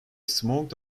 smoked